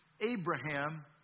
Abraham